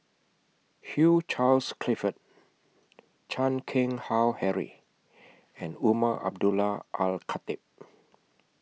Hugh Charles Clifford Chan Keng Howe Harry and Umar Abdullah Al Khatib